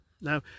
Now